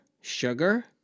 sugar